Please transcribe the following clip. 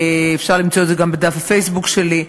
אפשר למצוא את זה גם בדף הפייסבוק שלי.